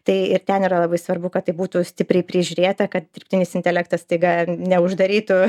tai ir ten yra labai svarbu kad tai būtų stipriai prižiūrėta kad dirbtinis intelektas staiga neuždarytų